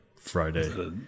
Friday